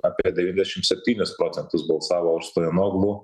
apie devyniasdešim septynis procentus balsavo už stoianoglo